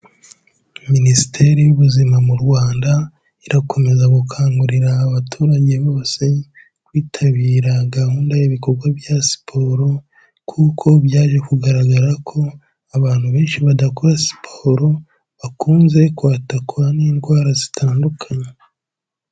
Minisiteri y'ubuzima mu Rwanda irakomeza gukangurira abaturage bose kwitabira gahunda y'ibikorwa bya siporo kuko byaje kugaragara ko abantu benshi badakora siporo bakunze kwatakwa n'indwara zitandukanye.